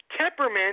Temperament